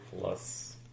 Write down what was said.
Plus